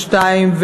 השתיים,